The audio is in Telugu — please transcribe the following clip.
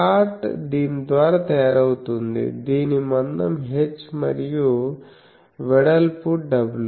స్లాట్ దీని ద్వారా తయారవుతుంది దీని మందం h మరియు వెడల్పు w